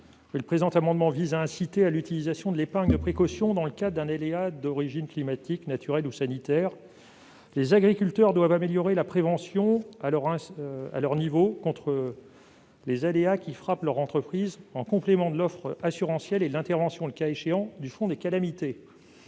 Le présent amendement vise à inciter à l'utilisation de l'épargne de précaution dans le cadre d'un aléa d'origine climatique, naturelle ou sanitaire. Les agriculteurs doivent améliorer la prévention, à leur niveau, des aléas qui frappent leur entreprise, en complément de l'offre assurantielle et de l'intervention, le cas échéant, du fonds dédié aux calamités.